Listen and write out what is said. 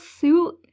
suit